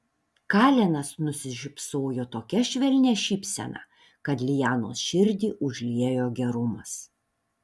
kalenas nusišypsojo tokia švelnia šypsena kad lianos širdį užliejo gerumas